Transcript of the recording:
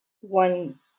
one